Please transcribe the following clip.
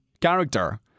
character